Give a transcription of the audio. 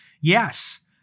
yes